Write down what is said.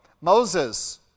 Moses